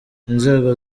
inzego